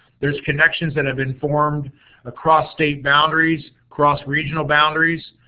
there's connections that have been formed across state boundaries, across regional boundaries.